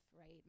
right